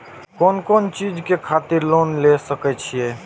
कोन कोन चीज के खातिर लोन ले सके छिए?